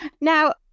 Now